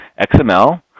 XML